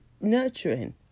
nurturing